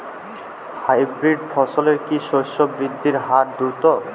Hybrid ফসলের কি শস্য বৃদ্ধির হার দ্রুত?